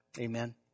Amen